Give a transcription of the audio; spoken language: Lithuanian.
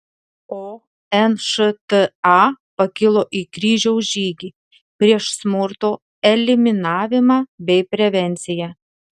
o nšta pakilo į kryžiaus žygį prieš smurto eliminavimą bei prevenciją